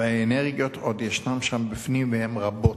והאנרגיות עוד ישנן שם בפנים, והן רבות,